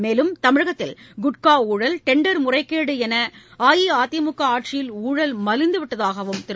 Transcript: மேலும் தமிழகத்தில் குட்கா ஊழல் டெண்டர் முறைகேடு என அஇஅதிமுக ஆட்சியில் ஊழல் மலிந்துவிட்டதாகவும் திரு